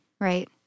Right